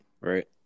right